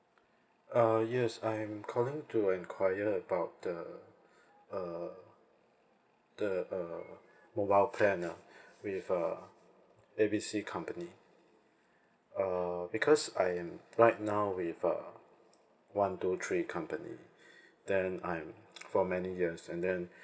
uh yes I am calling to enquire about the uh the uh mobile plan ah with uh A B C company err because I am right now with uh one two three company then I'm for many years and then